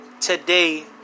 today